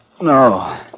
no